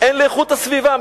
הן לאיכות הסביבה.